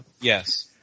Yes